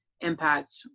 Impact